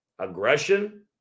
Aggression